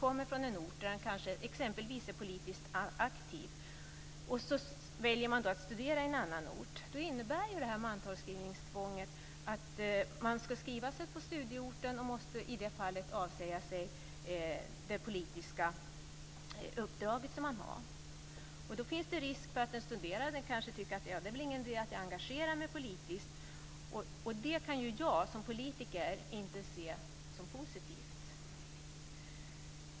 Om en student exempelvis är politiskt aktiv och väljer att studera i en annan ort, innebär mantalsskrivningstvånget att man ska skriva sig på studieorten och att man i det fallet måste avsäga sig det politiska uppdraget. Då finns det risk för att den studerande tycker att det inte är någon idé att engagera sig politiskt, och det kan jag som politiker inte se som positivt.